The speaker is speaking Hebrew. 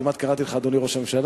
כמעט קראתי לך אדוני ראש הממשלה,